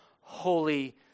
Holy